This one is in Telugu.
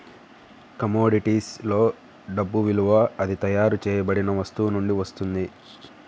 కమోడిటీస్ లో డబ్బు విలువ అది తయారు చేయబడిన వస్తువు నుండి వస్తుంది